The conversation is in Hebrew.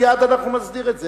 מייד אנחנו נסדיר את זה,